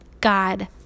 God